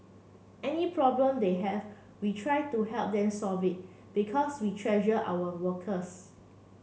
any problem they have we try to help them solve it because we treasure our workers